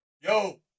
Yo